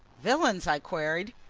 villains? i queried.